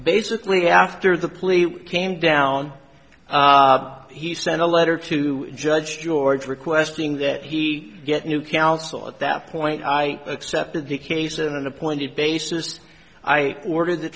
basically after the plea came down he sent a letter to judge george requesting that he get new counsel at that point i accepted the case and appointed bassist i ordered the